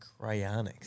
cryonics